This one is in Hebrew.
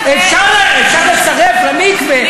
אפשר לצרף למקווה,